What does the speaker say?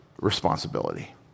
responsibility